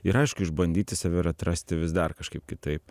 ir aišku išbandyti save ir atrasti vis dar kažkaip kitaip